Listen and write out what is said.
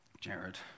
Jared